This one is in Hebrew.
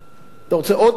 אתה רוצה עוד משהו.